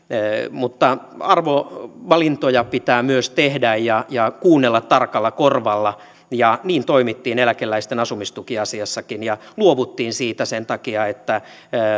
mutta arvovalintoja pitää myös tehdä ja ja kuunnella tarkalla korvalla ja niin toimittiin eläkeläisten asumistukiasiassakin ja luovuttiin siitä sen takia että